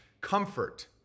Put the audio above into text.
comfort